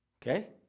Okay